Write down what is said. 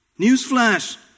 Newsflash